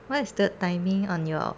what's the timing on your